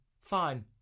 Fine